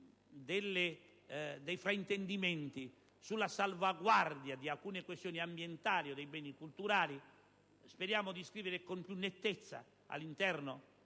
fraintendimenti sulla salvaguardia di alcune questioni ambientali o dei beni culturali, speriamo di scrivere un testo più netto